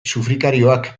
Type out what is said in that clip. sufrikarioak